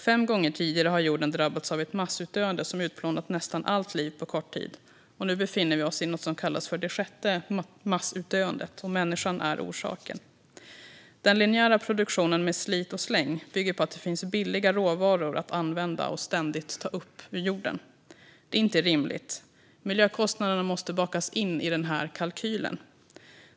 Fem gånger tidigare har jorden drabbats av ett massutdöende som utplånat nästan allt liv på kort tid. Nu befinner vi oss i något som kallas det sjätte massutdöendet, och människan är orsaken. Den linjära produktionen med slit och släng bygger på att det finns billiga råvaror att använda och ständigt ta upp ur jorden. Det är inte rimligt. Miljökostnaderna måste bakas in i kalkylen.